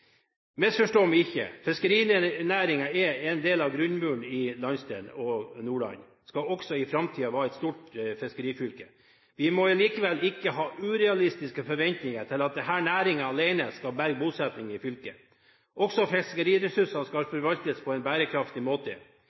Misforstå meg ikke: Fiskerinæringen er en del av grunnmuren i landsdelen, og Nordland skal også i framtiden være et stort fiskerifylke. Vi må allikevel ikke ha urealistiske forventninger til at denne næringen alene skal berge bosettingen i fylket. Også fiskeriressurser skal forvaltes på en bærekraftig måte.